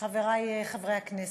חברי חברי הכנסת,